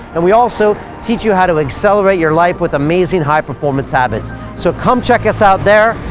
and we also teach you how to accelerate your life with amazing high performance habits. so, come check us out there.